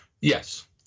Yes